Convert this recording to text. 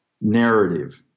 narrative